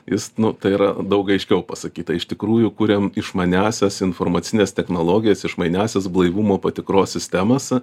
jis nu tai yra daug aiškiau pasakyta iš tikrųjų kuriam išmaniąsias informacines technologijas išmaniąsias blaivumo patikros sistemas